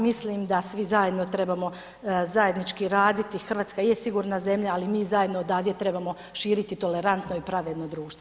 Mislim da svi zajedno trebamo zajednički raditi, Hrvatska je sigurna zemlja, ali mi zajedno odavde trebamo širiti tolerantno i pravedno društvo.